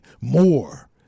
more